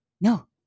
no